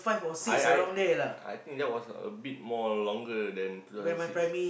I I I think that was a bit more longer than two thousand six